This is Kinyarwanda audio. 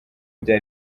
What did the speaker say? bya